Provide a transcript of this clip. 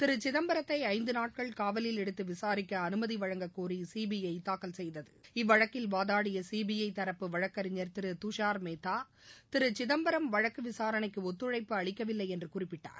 திரு சிதம்பரத்தை ஐந்து நாட்கள் காவலில் எடுத்து விசாரிக்க அனுமதி வழங்கக்கோரி சிபிஐ தாக்கல் செய்தது இவ்வழக்கில் வாதாடிய சிபிஐ தரப்பு வழக்கறிஞர் திரு துஷாா் மேத்தா திரு சிதம்பரம் வழக்கு விசாரணைக்கு ஒத்துழைப்பு அளிக்கவில்லை என்று குறிப்பிட்டார்